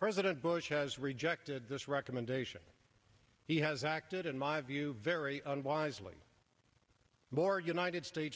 president bush has rejected this recommendation he acted in my view very unwisely more united states